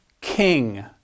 king